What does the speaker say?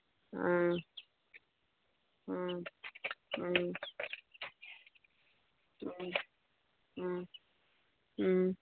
ꯑ ꯎꯝ ꯎꯝ ꯎꯝ ꯎꯝ ꯎꯝ